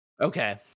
okay